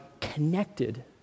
connected